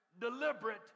deliberate